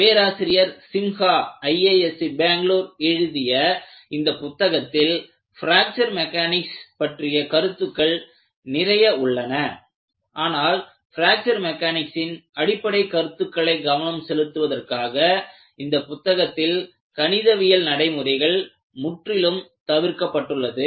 பேராசிரியர் சிம்ஹா IISc பெங்களூர் எழுதிய இந்தப் புத்தகத்தில் பிராக்ச்சர் மெக்கானிக்ஸ் பற்றிய கருத்துக்கள் நிறைய உள்ளன ஆனால் பிராக்ச்சர் மெக்கானிக்ஸின் அடிப்படை கருத்துக்களை கவனம் செலுத்துவதற்காக இந்தப் புத்தகத்தில் கணிதவியல் நடைமுறைகள் முற்றிலும் தவிர்க்கப்பட்டுள்ளது